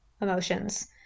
emotions